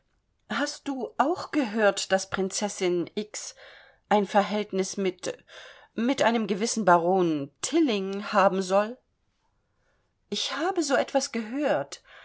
hast du auch gehört daß prinzessin ein verhältnis mit mit einem gewissen baron tilling haben soll ich habe so etwas gehört